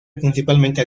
principalmente